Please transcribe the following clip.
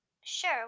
Sure